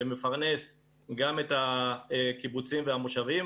שמפרנס גם את הקיבוצים והמושבים,